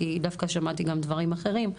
כי דווקא שמעתי גם דברים אחרים,